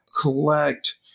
collect